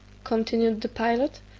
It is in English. continued the pilot,